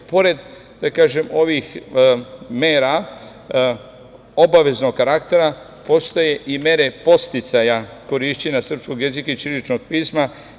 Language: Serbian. Pored ovih mera, obaveznog karaktera, postoje mere podsticaja korišćenja srpskog jezika i ćiriličnog pisma.